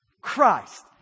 Christ